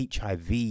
HIV